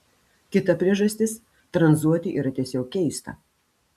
kita priežastis tranzuoti yra tiesiog keista